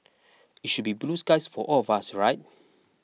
it should be blue skies for all of us right